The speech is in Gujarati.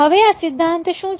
હવે આ સિદ્ધાંત શું છે